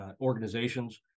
organizations